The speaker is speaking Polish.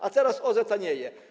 A teraz OZE tanieje.